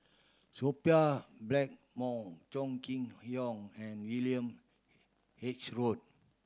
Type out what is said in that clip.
Sophia Blackmore Chong Kee Hiong and William H Read